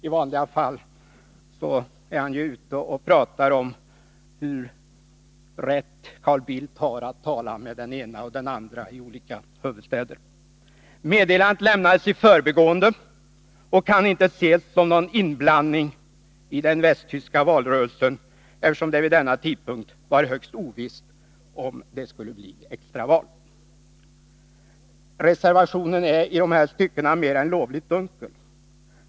I vanliga fall är han ju ute och pratar om hur rätt Carl Bildt har att tala med den ena och den andrai olika huvudstäder. Meddelandet lämnades i förbigående och kan inte ses som någon inblandning i den västtyska valrörelsen, eftersom det vid denna tidpunkt var högst ovisst om det skulle bli extraval. Reservationen är i de här styckena mer än lovligt dunkel.